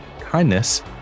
kindness